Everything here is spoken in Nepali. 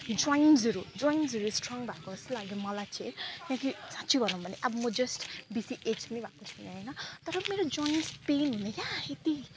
जोइन्ट्सहरू जोइन्ट्सहरू स्ट्रङ भएको जस्तो लाग्यो मलाई चाहिँ किनकि अब साँच्चै भनौँ भने अब म जस्ट बेसी एज पनि भएको छैन होइन तर मेरो जोइन्ट्स पेन हुने क्या त्यति